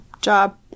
job